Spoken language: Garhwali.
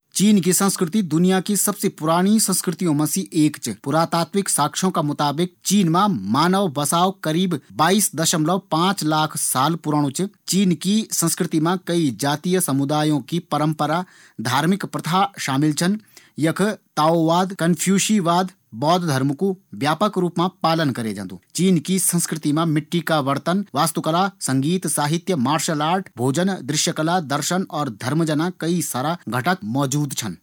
चीन की संस्कृति दुनिया की सबसे पुराणी संस्कृतियों मा सी एक च। पुरातत्विक साक्ष्यों का मुताबिक चीन मा मानव बसाव करीब बाइस लाख साल पुराणु च। चीन की संस्कृति मा कई जातीय समुदायों की परंपरा, धार्मिक प्रथा शामिल छन। यख दाऊवाद, कन्फ्यूसीवाद धर्म कू व्यापक रूप मा पालन करै गै। चीन की संस्कृति मा मिट्टी का बर्तन, वास्तुकला, संगीत, साहित्य, मार्शल आर्ट, भोजन, दृश्य कला, दर्शन और धर्म जना कई सारा घटक मौजूद छन।